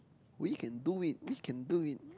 we can do it we can do it